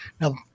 now